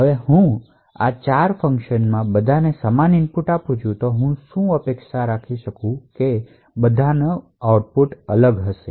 જો હું 4 કાર્યોમાં બધાને સમાન ઇનપુટ આપું છું તો હું શું અપેક્ષા રાખું છું અને બધા રીસ્પોન્શ અલગ હશે